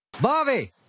Bobby